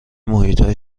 محیطها